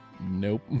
nope